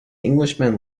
englishman